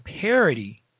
parody